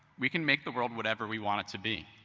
we can make the world whatever we want it to be.